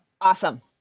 Awesome